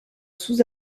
sous